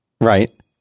Right